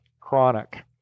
chronic